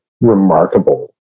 remarkable